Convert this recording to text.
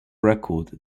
record